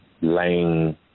lane